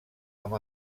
amb